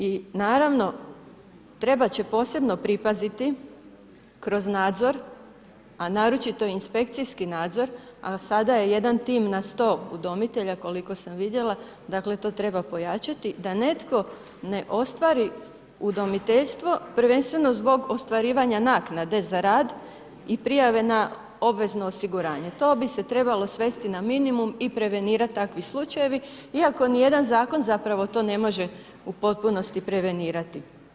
I naravno, trebat će posebno pripaziti kroz nadzor a naročito inspekcijski nadzor, a sada je jedan tim na 100 udomitelja koliko sam vidjela, dakle to treba pojačati da netko ne ostvari udomiteljstvo prvenstveno zbog ostvarivanje naknade za rad i prijave na obvezno osiguranje, to bi se trebalo svesti na minimum i prevenirati takvi slučajevi iako nijedan zakon zapravo to ne može u potpunosti prevenirati.